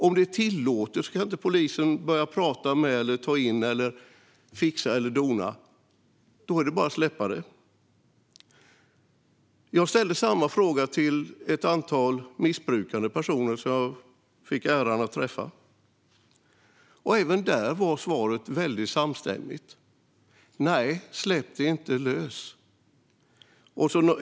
Om det är tillåtet med eget bruk kan inte polisen ingripa och börja prata med dem eller fixa och dona, utan då är det bara att släppa det. Jag ställde samma fråga till ett antal missbrukande personer som jag fick äran att träffa. Även där var svaret samstämmigt: Nej, släpp det inte löst!